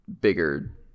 bigger